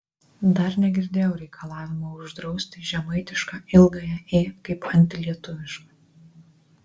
dar negirdėjau reikalavimo uždrausti žemaitišką ilgąją ė kaip antilietuvišką